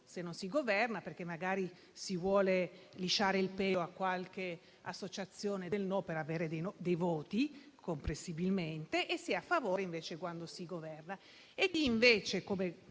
se non si governa, perché magari si vuole lisciare il pelo a qualche associazione del no per avere voti, comprensibilmente, e si è a favore, invece, quando si governa.